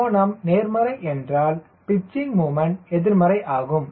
எனவே கோணம் நேர்மறை என்றால் பிச்சிங் முமண்ட் எதிர்மறை ஆகும்